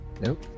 Nope